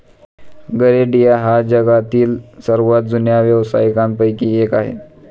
गरेडिया हा जगातील सर्वात जुन्या व्यवसायांपैकी एक आहे